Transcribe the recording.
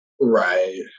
right